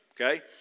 Okay